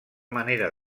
manera